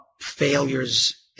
failures